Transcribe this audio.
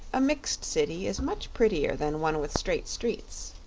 a mixed city is much prettier than one with straight streets.